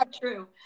true